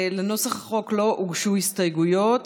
לנוסח החוק לא הוגשו הסתייגויות.